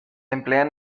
emplean